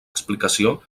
explicació